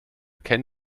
ken